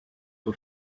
for